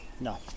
No